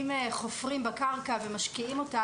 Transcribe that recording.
אם חופרים בקרקע ומשקיעים אותה,